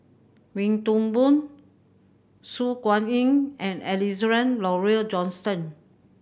Wee Toon Boon Su Guaning and Alexander Laurie Johnston